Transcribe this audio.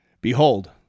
Behold